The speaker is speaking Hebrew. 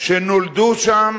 שנולדו שם,